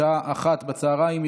עברה בקריאה שלישית,